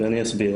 ואני אסביר.